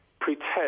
pretend